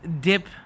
Dip